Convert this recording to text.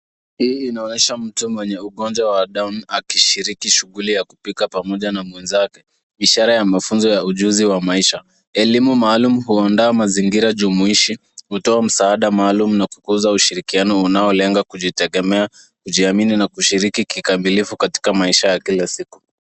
Hii inaonyesha mtu mwenye ugonjwa wa adam akishiriki shughuli ya kupika pamoja na mwenzake, ishara ya mfunzo ya ujuzi wa maisha. Elimu maalum huandaa mazingira jumuishi, hutoa msaada maalum na kukuza ushirikiano unaolenga kujitegemea, kujiamini na kushiriki kikamilifu katika maisha ya kila siku.